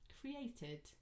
created